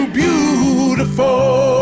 beautiful